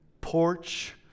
porch